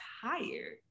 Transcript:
tired